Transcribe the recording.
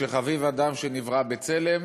שחביב אדם שנברא בצלם,